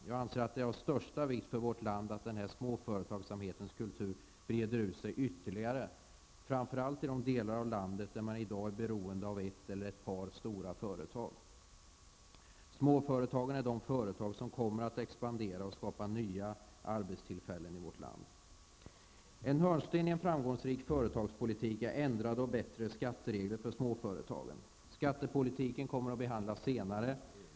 Jag anser det vara av största vikt för vårt land att denna småföretagsamhetens kultur breder ut sig ytterligare, framför allt i de delar av landet där man i dag är beroende av ett eller ett par stora företag. Småföretagen är de företag som kommer att expandera och skapa nya arbetstillfällen i vårt land. En hörnsten i all framgångsrik företagspolitik är ändrade och bättre skatteregler för småföretagen. Skattepolitiken kommer att behandlas senare i dag.